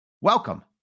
welcome